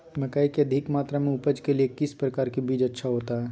मकई की अधिक मात्रा में उपज के लिए किस प्रकार की बीज अच्छा होता है?